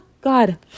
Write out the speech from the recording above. god